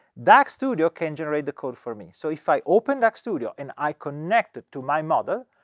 dax studio can generate the code for me. so if i open dax studio and i connect to my model,